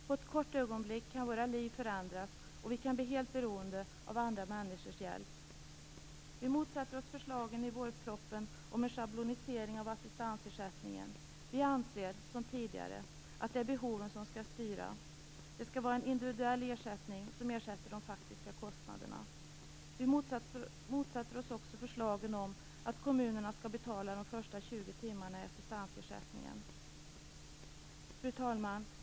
På ett kort ögonblick kan våra liv förändras, och vi kan bli helt beroende av andra människors hjälp. Vi motsätter oss förslagen i vårpropositionen om en schablonisering av assistansersättningen. Vi anser som tidigare att det är behoven som skall styra. Det skall vara en individuell ersättning för de faktiska kostnaderna. Vi motsätter oss också förslagen om att kommunerna skall betala de första 20 timmarna av assistansersättningen. Fru talman!